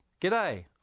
G'day